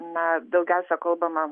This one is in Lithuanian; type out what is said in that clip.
na daugiausiai kalbama